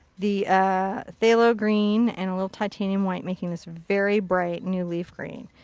the ah phthalo green and a little titanium white making this very bright new leaf green.